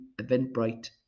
Eventbrite